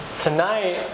Tonight